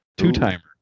Two-timer